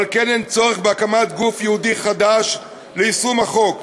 ועל כן אין צורך בהקמת גוף ייעודי חדש ליישום החוק